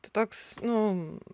tai toks nu